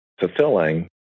fulfilling